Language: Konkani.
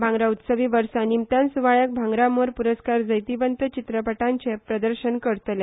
भागरा उत्सवी वर्सा निमतान सुवाळ्याक भांगरा मोर प्रस्कार जैतिवंत चित्रपटांचे प्रजर्सन करतले